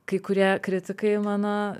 kai kurie kritikai mano